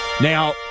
Now